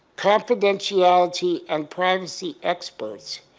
confidentiality and privacy experts,